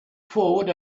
forward